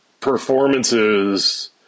performances